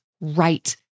right